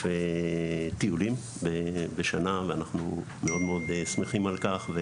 טיולים בשנה ואנחנו מאוד מאוד שמחים על כך.